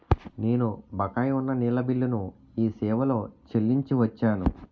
నేను బకాయి ఉన్న నీళ్ళ బిల్లును ఈ సేవాలో చెల్లించి వచ్చాను